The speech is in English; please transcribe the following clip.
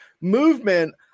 movement